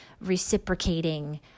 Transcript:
reciprocating